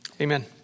Amen